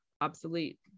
obsolete